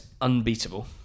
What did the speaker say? unbeatable